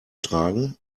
tragen